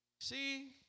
see